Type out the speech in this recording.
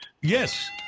Yes